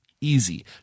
easy